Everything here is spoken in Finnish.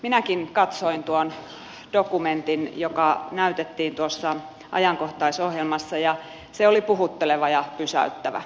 minäkin katsoin tuon dokumentin joka näytettiin tuossa ajankohtaisohjelmassa ja se oli puhutteleva ja pysäyttävä